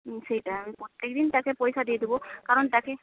সেইটা আমি প্রত্যেকদিন তাকে পয়সা দিয়ে দেব কারণ তাকে